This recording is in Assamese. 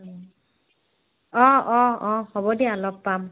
অঁ অঁ অঁ হ'ব দিয়া লগ পাম